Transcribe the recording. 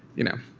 you know,